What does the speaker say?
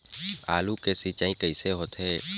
आलू के सिंचाई कइसे होथे?